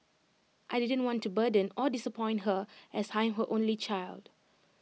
I didn't want to burden or disappoint her as I'm her only child